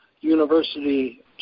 University